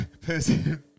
person